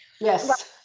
Yes